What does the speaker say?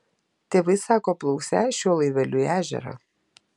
tėvai sako plauksią šiuo laiveliu į ežerą